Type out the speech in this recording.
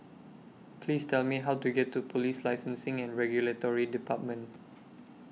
Please Tell Me How to get to Police Licensing and Regulatory department